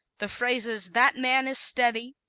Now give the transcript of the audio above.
the phrases, that man is steady,